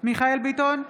מיכאל מרדכי ביטון,